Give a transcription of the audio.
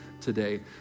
today